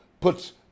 puts